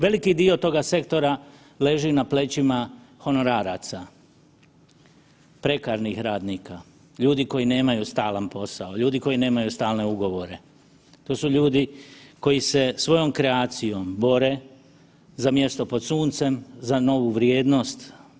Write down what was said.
Veliki dio tog sektora leži na plećima honoraraca, prekarnih radnika, ljudi koji nemaju stalan posao, ljudi koji nemaju stalne ugovore, to su ljudi koji se svojom kreacijom bore za mjesto pod suncem, za novu vrijednost.